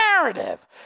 narrative